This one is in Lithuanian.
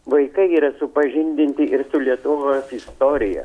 vaikai yra supažindinti ir su lietuvos istorija